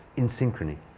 in synchrony?